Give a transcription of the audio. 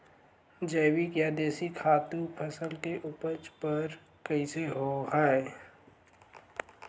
जैविक या देशी खातु फसल के उपज बर कइसे होहय?